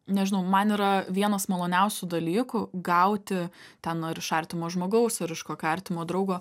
nežinau man yra vienas maloniausių dalykų gauti ten ar iš artimo žmogaus ar iš kokio artimo draugo